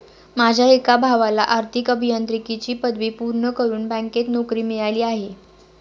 माझ्या एका भावाला आर्थिक अभियांत्रिकीची पदवी पूर्ण करून बँकेत नोकरी मिळाली आहे